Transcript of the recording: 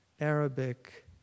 Arabic